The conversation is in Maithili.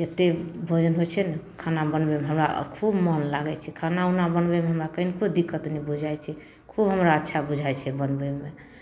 जतेक भोजन होइ छै ने खाना बनबैमे हमरा खूब मोन लागै छै खाना उना बनबैमे हमरा कनिको दिक्कत नहि बुझाइ छै खूब हमरा अच्छा बुझाइ छै बनबैमे